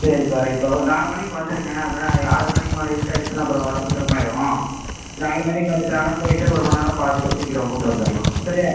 சரிப்பா ரைட்டுப்பா ஒரு நாலு மணிக்கு வந்துடுங்க அப்போதான் ஆறு மணிக்கு மேல் இருட்டாய்டுச்சுன்னால் அப்புறம் வரது சிரமம் ஆயிடும் நாலு மணிக்கு வந்துட்டாங்கன்னால் போயிட்டு ஒரு மணி நேரம் பார்த்துட்டு சீக்கிரம் கூட்டி வந்துடுலாம் சரியா